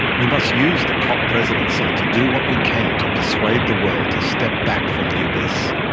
we must use the cop presidency to do what we can to persuade the world to step back from the abyss.